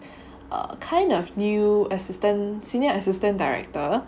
err kind of new assistant senior assistant director